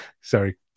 sorry